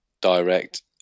direct